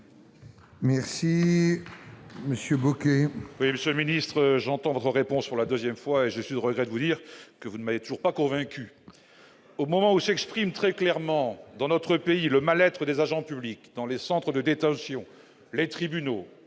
Merci, Monsieur Bocquet. Oui, ce ministre j'entends votre réponse pour la 2ème fois et je suis au regret de vous dire que vous m'avez toujours pas convaincu au moment où s'expriment très clairement dans notre pays, le mal-être des agents publics dans les centres de détention, les tribunaux